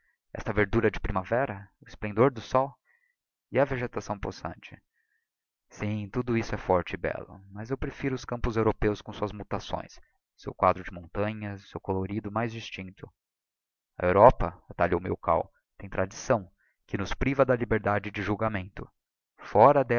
esta verdura de primavera o esplendor do sol a vegetação nos saníeí sim tudo isto é forte e bello rnas eu prefiro os campos europeus com suas mutações o seu quadro de montanhas o seu colorido mais distincto a europa atalhou milkau tem a tradição que nos priva da liberdade de julgamento fora